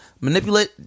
manipulate